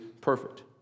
perfect